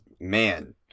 man